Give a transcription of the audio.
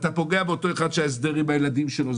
ואתה פוגע באותו אחד שההסדר עם הילדים שלו.